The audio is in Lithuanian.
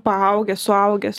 paaugęs suaugęs